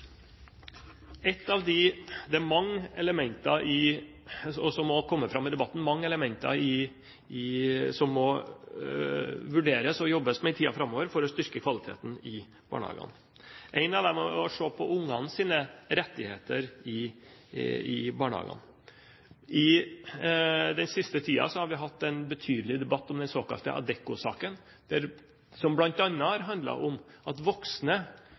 Det er mange elementer som har kommet fram i debatten, som må vurderes og jobbes med i tiden framover for å styrke kvaliteten i barnehagene. Et av dem er å se på ungenes rettigheter i barnehagene. I den siste tiden har vi hatt en betydelig debatt om den såkalte Adecco-saken, som bl.a. handler om at voksne,